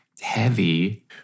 heavy